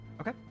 Okay